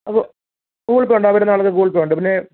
ഉവ്വ് Google pay ഉണ്ട് ആ വരുന്ന ആളിന് ഗൂഗിൾ പേ ഉണ്ട് പിന്നെ